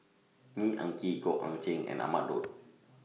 Neo Anngee Goh Eck Kheng and Ahmad Daud